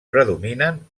predominen